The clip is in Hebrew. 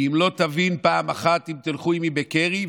כי אם לא תבין פעם אחת: אם תלכו עימי בקרי,